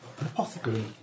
apothecary